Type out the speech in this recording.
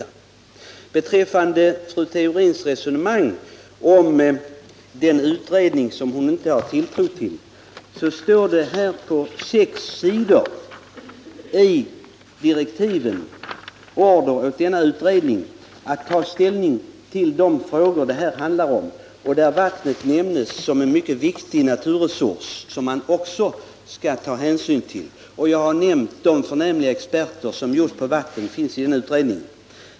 Vad beträffar fru Theorins resonemang om den utredning som hon inte har tilltro till vill jag säga att det står på sex sidor i direktiven till denna utredning att den skall ta ställning till de frågor det här handlar om, och vattnet nämns som en mycket viktig naturresurs som utredningen också skall befatta sig med. Jag har nämnt de förnämliga experter just på vatten som finns med i utredningen.